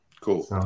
Cool